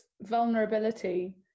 vulnerability